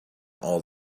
all